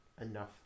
enough